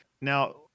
Now